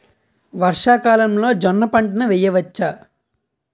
వర్షాకాలంలో జోన్న పంటను వేయవచ్చా?